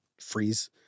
freeze